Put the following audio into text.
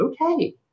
okay